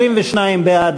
22 בעד,